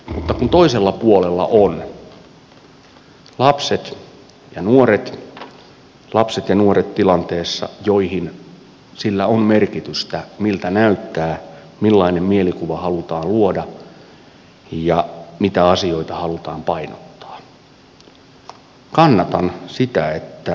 mutta kun toisella puolella ovat lapset ja nuoret lapset ja nuoret tilanteessa jossa sillä on merkitystä miltä näyttää millainen mielikuva halutaan luoda ja mitä asioita halutaan painottaa kannatan sitä että alkoholin mainonta jatkuu